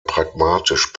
pragmatisch